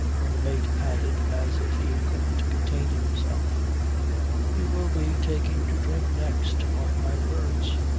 when the mate added as if he couldn't contain himself he will be taking to drink next. mark my words.